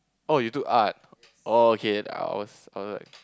oh you took Art oh okay I was I was like